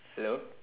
hello